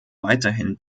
weiterhin